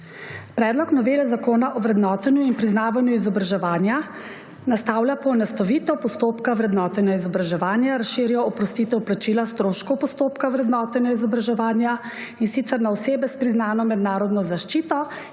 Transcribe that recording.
Predlog novele Zakona o vrednotenju in priznavanju izobraževanja nastavlja poenostavitev postopka vrednotenja izobraževanja, razširja oprostitev plačila stroškov postopka vrednotenja izobraževanja, in sicer na osebe s priznano mednarodno zaščito